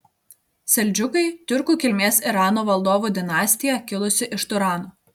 seldžiukai tiurkų kilmės irano valdovų dinastija kilusi iš turano